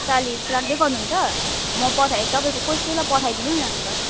चालिस राख्दै गर्नुहुन्छ म पठाइ तपाईँको कसैलाई पठाइदिनु नि अन्त